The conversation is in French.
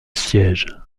siège